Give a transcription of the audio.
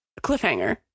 cliffhanger